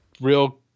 real